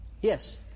Yes